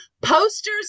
posters